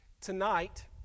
Tonight